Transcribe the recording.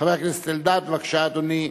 חבר הכנסת אלדד, בבקשה, אדוני.